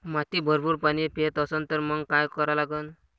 माती भरपूर पाणी पेत असन तर मंग काय करा लागन?